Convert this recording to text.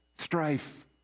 Strife